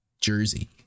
jersey